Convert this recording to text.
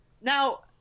Now